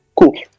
Cool